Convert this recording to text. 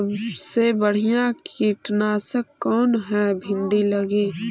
सबसे बढ़िया कित्नासक कौन है भिन्डी लगी?